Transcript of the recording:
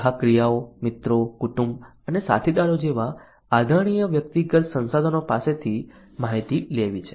ગ્રાહક ક્રિયાઓ મિત્રો કુટુંબ અને સાથીદારો જેવા આદરણીય વ્યક્તિગત સંસાધનો પાસેથી માહિતી લેવી છે